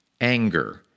Anger